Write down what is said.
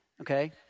Okay